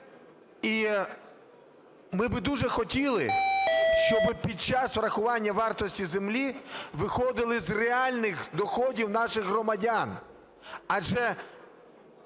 І ми дуже хотіли б, щоб під час врахування вартості землі виходили з реальних доходів наших громадян, адже